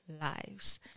lives